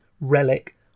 relic